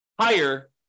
higher